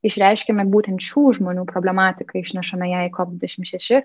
išreiškiame būtent šių žmonių problematiką išnešame ją į kop dvidešimt šeši